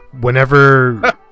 whenever